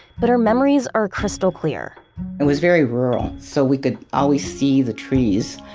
but her memories are crystal clear it was very rural so we could always see the trees.